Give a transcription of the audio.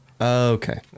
Okay